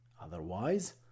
Otherwise